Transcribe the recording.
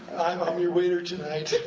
i'm um your waiter tonight.